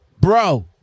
bro